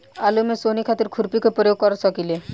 आलू में सोहनी खातिर खुरपी के प्रयोग कर सकीले?